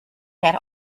that